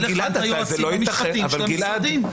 לכאן את היועצים המשפטיים של המשרדים,